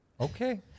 Okay